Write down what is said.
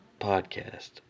Podcast